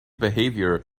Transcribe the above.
behaviour